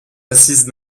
assises